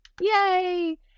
Yay